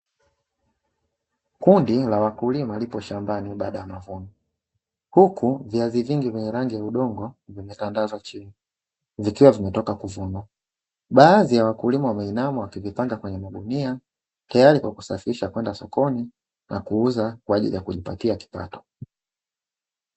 Kundi la wakulima lipo shambani baada ya mavuno, huku viazi vingi vyenye rangi ya udongo, vimetandazwa chini, vikiwa vimetoka kuvunwa, baadhi ya wakulima wameinama wakivipanga kwenye magunia, teyari kwa kusafisha kwenda sokoni na kujipatia kipato.